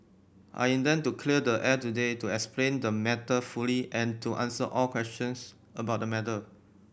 I intend to clear the air today to explain the matter fully and to answer all questions about the matter